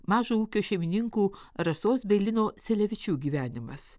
mažo ūkio šeimininkų rasos bei lino silevičių gyvenimas